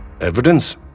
Evidence